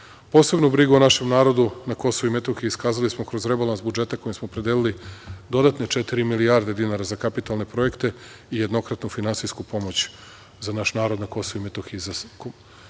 brigu o našem narodu na Kosovu i Metohiji iskazali smo kroz rebalans budžeta kojim smo opredelili dodatne četiri milijarde dinara za kapitalne projekte i jednokratnu finansijsku pomoć za naš narod na Kosovu i Metohiji,